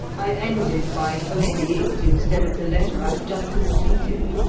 i ended by posting it instead of the letter i had just completed.